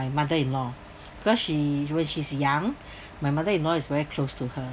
my mother-in-law because she when she's young my mother-in-law is very close to her